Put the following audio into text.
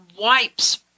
wipes